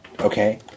Okay